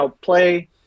play